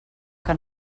que